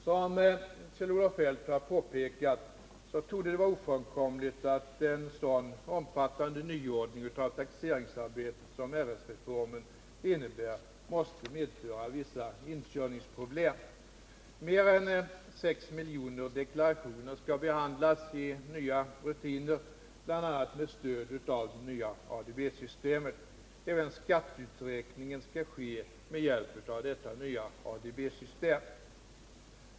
Som Kjell-Olof Feldt har påpekat torde det vara ofrånkomligt att en sådan omfattande nyordning av taxeringsarbetet som RS-reformen innebär måste medföra vissa inkörningsproblem. Mer än 6 miljoner deklarationer skall behandlas i nya rutiner, bl.a. med stöd av det nya ADB-systemet. Även skatteuträkningen skall ske med hjälp av detta nya ADB-system.